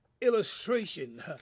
illustration